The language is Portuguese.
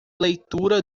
leitura